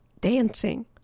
dancing